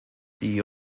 die